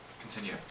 continue